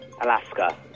Alaska